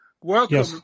Welcome